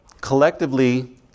collectively